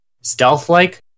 stealth-like